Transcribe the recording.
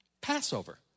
Passover